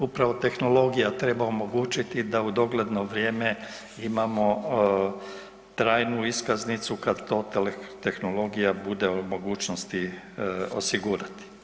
Upravo tehnologija treba omogućiti da u dogledno vrijeme imamo trajnu iskaznicu kada to tehnologija bude u mogućnosti osigurati.